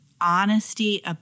honesty